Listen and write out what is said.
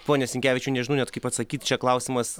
pone sinkevičiau nežinau net kaip atsakyt čia klausimas